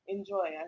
Enjoy